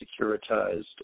securitized